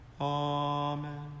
Amen